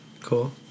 Cool